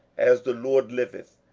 as the lord liveth,